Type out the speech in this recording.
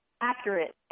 accurate